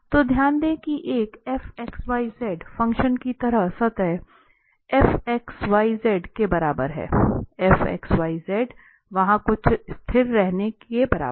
तो ध्यान दें कि एक fxyz फ़ंक्शन की स्तर सतह fxyz के बराबर है fxyz वहां कुछ स्थिर रखने के बराबर है